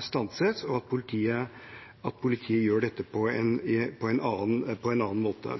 stanses, og at politiet gjør dette på en annen måte.